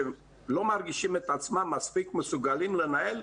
שלא מרגישים את עצמם מספיק מסוגלים לנהל,